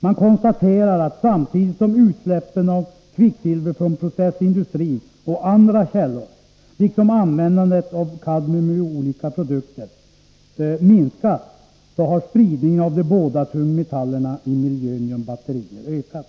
Man konstaterar att samtidigt som utsläppen av kvicksilver från processindustrin och andra källor, liksom användandet av kadmium i olika produkter, minskat, har spridningen av de båda tungmetallerna i miljön genom batterier ökat.